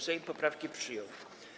Sejm poprawki przyjął.